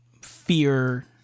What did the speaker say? fear